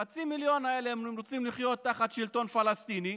חצי המיליון האלה: אם הם רוצים לחיות תחת שלטון פלסטיני,